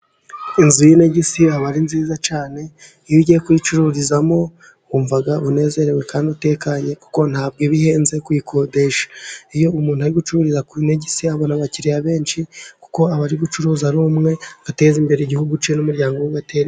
Inzu y'inegisi aba ari nziza cyane, iyo ugiye kuyicururizamo wumva unezerewe kandi utekanye, kuko nta bwo bihenze kuyikodesha. Iyo umuntu ari gucururiza ku inegisi abona abakiriya benshi, kuko abari gucuruza ari umwe, ateza imbere igihugu cye n'umuryango we ugatera imbere.